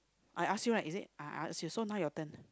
I ask you right is it ah I asked you so now your turn